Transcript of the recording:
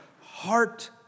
heart